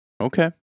Okay